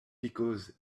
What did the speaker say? because